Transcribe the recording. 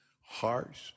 harsh